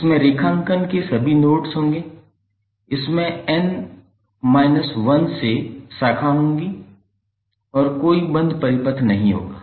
इसमें रेखांकन के सभी नोड्स होंगे इसमें n शून्य से एक शाखा होगी और कोई बंद पथ नहीं होगा